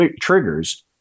triggers